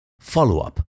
Follow-up